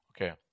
Okay